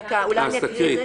דקה, אולי אני אקריא את זה.